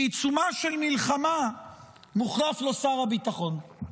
בעיצומה של מלחמה מוחלף לו שר הביטחון.